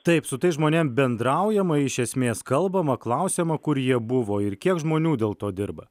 taip su tais žmonėm bendraujama iš esmės kalbama klausiama kur jie buvo ir kiek žmonių dėl to dirba